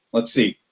let's see,